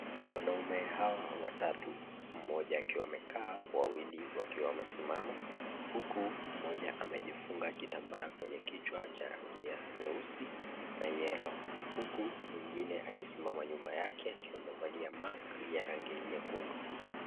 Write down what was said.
Wanaume hawa watatu, mmoja akiwa amekaa wawili wakiwa wamesimama huku mmoja amejifunga kitambara kwenye kichwa cha rangi ya nyeusi na yellow huku mwengine akisimama nyuma yake akiwa amevalia mask ya rangi nyekundu.